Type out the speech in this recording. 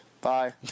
Bye